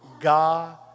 God